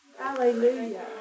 Hallelujah